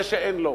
זה שאין לו,